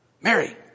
Mary